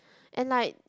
and like